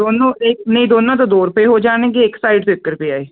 ਦੋਨੋ ਨਹੀਂ ਦੋਨਾਂ ਤੋਂ ਦੋ ਰੁਪਏ ਹੋ ਜਾਣਗੇ ਇੱਕ ਸਾਈਡ ਤੇ ਇੱਕ ਰੁਪਇਆ ਏ